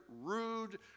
rude